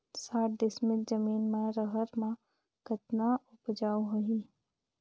साठ डिसमिल जमीन म रहर म कतका उपजाऊ होही?